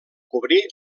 cobrir